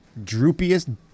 droopiest